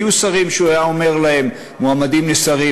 היו שרים שהוא היה אומר להם: מועמדים לשרים,